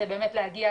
זה באמת להגיע,